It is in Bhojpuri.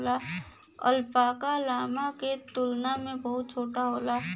अल्पाका, लामा के तुलना में बहुत छोट होला